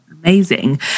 amazing